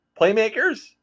playmakers